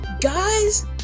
guys